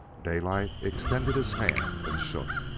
daylight extended his hand and shook.